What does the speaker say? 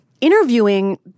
interviewing